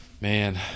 Man